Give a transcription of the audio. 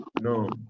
No